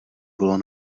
bylo